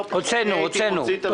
הוצאנו את המילה.